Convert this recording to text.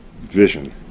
vision